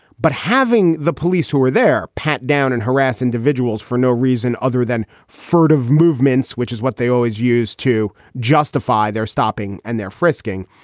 but having the police who are there pat down and harass individuals for no reason other than furtive movements, which is what they always use to justify their stopping and their frisking,